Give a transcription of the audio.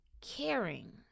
Caring